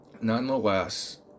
Nonetheless